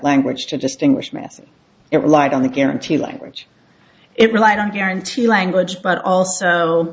language to distinguish missing it relied on the guarantee language it relied on guarantee language but also